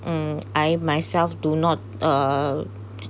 um I myself do not uh